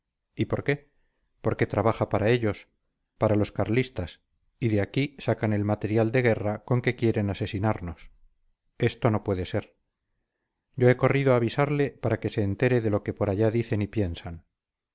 y por qué porque trabaja para ellos para los carlistas y de aquí sacan el material de guerra con que quieren asesinarnos esto no puede ser yo he corrido a avisarle para que se entere de lo que por allá dicen y piensan